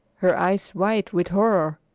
her eyes wide with horror.